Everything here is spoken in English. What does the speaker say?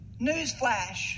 Newsflash